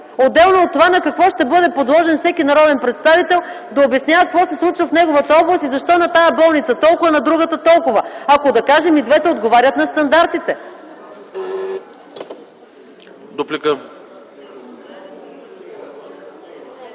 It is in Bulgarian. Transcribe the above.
отделно от това на какво ще бъде подложен всеки народен представител да обяснява какво се случва в неговата област и защо на тази болница – толкова, а на другата – толкова, ако, да кажем, и двете отговарят на стандартите.